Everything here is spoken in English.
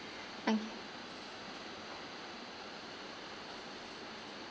okay